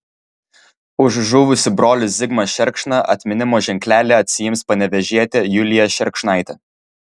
už žuvusį brolį zigmą šerkšną atminimo ženklelį atsiims panevėžietė julija šerkšnaitė